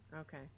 Okay